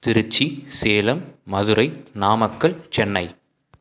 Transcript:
Trichy Salem Madurai Namakkal Chennai